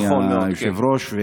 אדוני היושב-ראש.